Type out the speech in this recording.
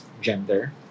gender